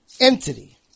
Entity